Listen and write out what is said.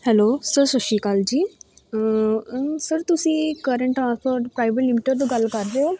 hello sir ਸਤਿ ਸ਼੍ਰੀ ਅਕਾਲ ਜੀ ਸਰ ਤੁਸੀਂ ਕਰਨ ਟਰਾਂਸਪੋਰਟ ਪ੍ਰਾਈਵੇਟ ਲਿਮਟਡ ਤੋਂ ਗੱਲ ਕਰਦੇ